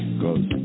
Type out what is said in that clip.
cause